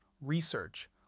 research